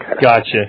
Gotcha